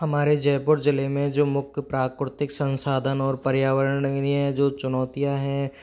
हमारे जयपुर ज़िले में जो मुख्य प्राकृतिक संसाधन और पर्यावरणीय जो चुनौतियाँ हैं